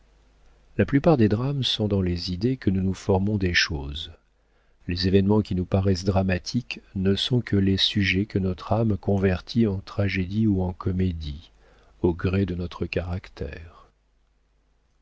la plupart des drames sont dans les idées que nous nous formons des choses les événements qui nous paraissent dramatiques ne sont que les sujets que notre âme convertit en tragédie ou en comédie au gré de notre caractère